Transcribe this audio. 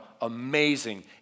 amazing